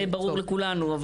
זה ברור לכולנו.